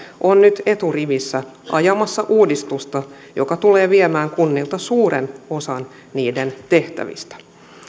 on nyt eturivissä ajamassa uudistusta joka tulee viemään kunnilta suuren osan niiden tehtävistä